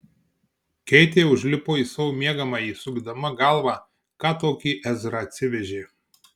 keitė užlipo į savo miegamąjį sukdama galvą ką tokį ezra atsivežė